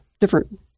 different